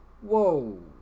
Whoa